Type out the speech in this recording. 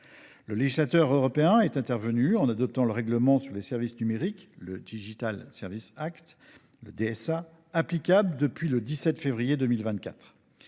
Le législateur européen est intervenu en adoptant le règlement sur les services numériques (DSA), applicable depuis le 17 février 2024.